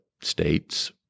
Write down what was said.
state's